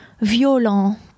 violent